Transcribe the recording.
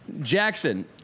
Jackson